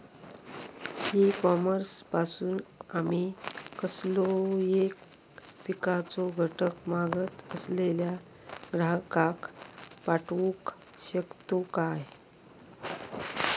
E commerce पासून आमी कसलोय पिकाचो घटक मागत असलेल्या ग्राहकाक पाठउक शकतू काय?